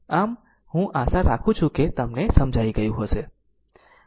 આમ હું આશા રાખું છું કે તમને સમજાઈ ગયું હશે